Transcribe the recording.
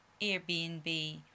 airbnb